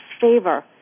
favor